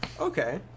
okay